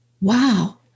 Wow